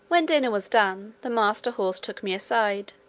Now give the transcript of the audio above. when dinner was done, the master horse took me aside,